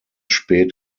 spät